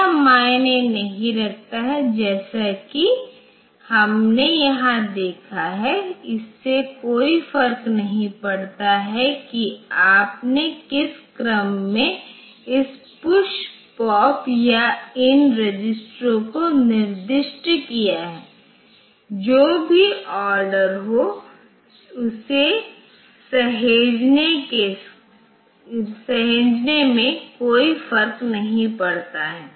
यह मायने नहीं रखता जैसा कि हमने यहां देखा है इससे कोई फर्क नहीं पड़ता कि आपने किस क्रम में इस PUSH POP या इन रजिस्टरों को निर्दिष्ट किया है जो भी ऑर्डर हो उसे सहेजने में कोई फर्क नहीं पड़ता है